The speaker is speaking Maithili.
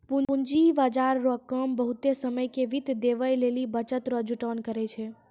पूंजी बाजार रो काम बहुते समय के वित्त देवै लेली बचत रो जुटान करै छै